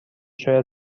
شاید